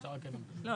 חלקם.